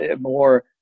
more